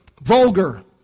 vulgar